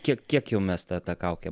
tiek kiek jau mes tą tą kaukę